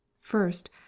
First